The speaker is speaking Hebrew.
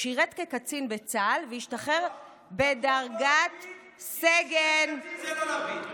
שירת כקצין בצה"ל והשתחרר בדרגת סגן, זה לא לפיד.